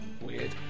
weird